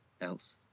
else